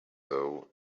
though